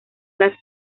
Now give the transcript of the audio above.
las